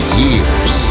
years